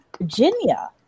Virginia